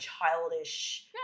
childish